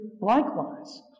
likewise